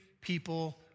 people